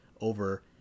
over